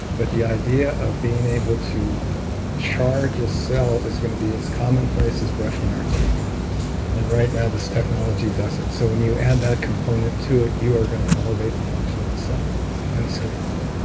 but the idea of being able to charge a cell is going to be as commonplace as brushing our teeth and right now this technology does it. so when you add that component to it, you are going to elevate the function of the cell inescapably